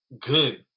good